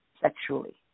sexually